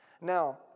Now